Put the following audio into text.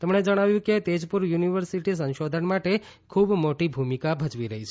તેમણે જણાવ્યું કે તેજપુર યુનિવર્સિટી સંશોધન માટે ખૂબમોટી ભૂમિકા ભજવી રહી છે